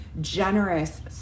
generous